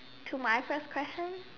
to my first question